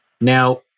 Now